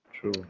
True